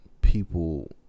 People